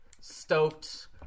stoked